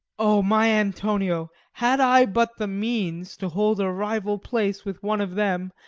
o my antonio! had i but the means to hold a rival place with one of them,